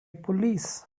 police